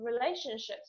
relationships